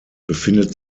befindet